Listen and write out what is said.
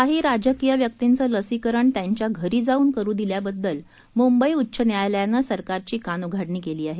काही राजकीय व्यक्तींचं लसीकरण त्यांच्या घरी जाऊन करू दिल्याबद्दल मुंबई उच्च न्यायालयानं सरकारची कानउघाडणी केली आहे